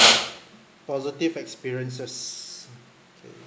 positive experiences okay